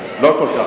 לא כל כך